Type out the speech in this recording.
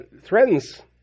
threatens